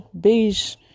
beige